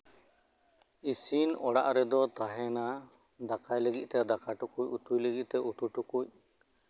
ᱤᱥᱤᱱ ᱚᱲᱟᱜ ᱨᱮᱫᱚ ᱛᱟᱦᱮᱱᱟ ᱫᱟᱠᱟᱭ ᱞᱟᱹᱜᱤᱫ ᱛᱮ ᱫᱟᱠᱟ ᱴᱩᱠᱩᱡ ᱩᱛᱩᱭ ᱞᱟᱹᱜᱤᱫᱛᱮ ᱩᱛᱩ ᱴᱩᱠᱩᱡ